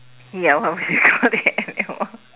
ya what would you call the animal